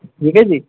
ٹھیک ہے جی